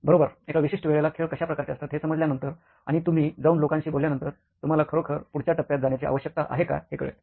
बरोबर एका विशिष्ट वेळेला खेळ कशा प्रकारचे असतात हे समजल्यानंतर आणि तुम्ही जाऊन लोकांशी बोलल्यानंतर तुम्हाला खरोखर पुढच्या टप्प्यात जाण्याची आवश्यकता आहे का हे कळेल